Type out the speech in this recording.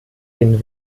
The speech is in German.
den